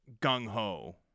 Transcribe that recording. gung-ho